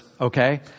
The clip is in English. Okay